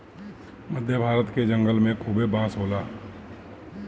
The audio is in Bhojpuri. मध्य भारत के जंगल में खूबे बांस होला